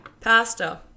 pasta